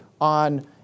on